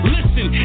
Listen